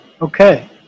okay